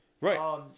Right